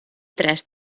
tres